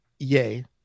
yay